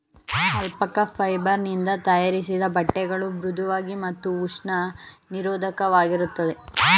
alpaca fibre ನಿಂದ ತಯಾರಿಸಿದ ಬಟ್ಟೆಗಳು ಮೃಧುವಾಗಿ ಮತ್ತು ಉಷ್ಣ ನಿರೋಧಕವಾಗಿರುತ್ತದೆ